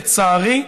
לצערי,